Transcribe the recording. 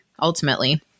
ultimately